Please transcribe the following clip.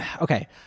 Okay